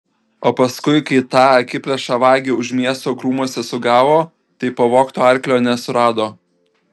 o paskui kai tą akiplėšą vagį už miesto krūmuose sugavo tai pavogto arklio nesurado